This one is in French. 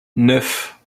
neuf